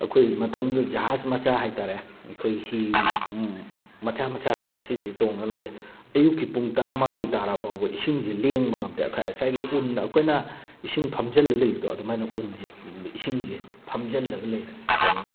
ꯑꯩꯈꯣꯏꯗꯤ ꯃꯇꯝꯗꯨꯗ ꯖꯍꯥꯖ ꯃꯆꯥ ꯍꯥꯏꯕ ꯇꯥꯔꯦ ꯑꯩꯈꯣꯏ ꯍꯤ ꯃꯆꯥ ꯃꯆꯥꯁꯦ ꯁꯤꯁꯦ ꯇꯣꯡꯅꯅꯕ ꯂꯩ ꯑꯌꯨꯛꯀꯤ ꯄꯨꯡ ꯇꯔꯥꯃꯥꯊꯣꯏ ꯇꯥꯔꯐꯥꯎꯕ ꯏꯁꯤꯡꯁꯦ ꯂꯦꯡꯕ ꯉꯝꯗꯦ ꯉꯁꯥꯏꯒꯤ ꯎꯟ ꯑꯩꯈꯣꯏꯅ ꯏꯁꯤꯡ ꯐꯝꯖꯜꯂ ꯂꯩꯕꯗꯣ ꯑꯗꯨꯃꯥꯏꯅ ꯎꯟꯁꯦ ꯏꯁꯤꯡꯁꯦ ꯐꯝꯖꯜꯂꯒ ꯂꯩꯕ ꯑꯗꯨꯝ